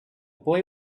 boy